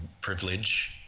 privilege